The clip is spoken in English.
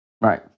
Right